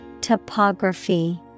topography